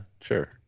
sure